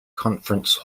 conference